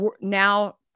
now